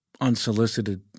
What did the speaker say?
unsolicited